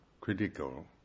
critical